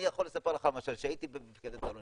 אני יכול לספר לך למשל שהייתי במפקדת אלון,